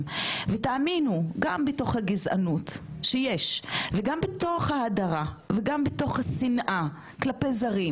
ותאמינו גם בתוך הגזענות שיש וגם בתוך ההדרה וגם בתוך השנאה כלפי זרים,